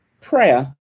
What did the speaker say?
Prayer